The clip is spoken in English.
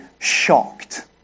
shocked